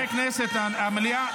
חברי הכנסת, המליאה.